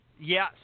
Yes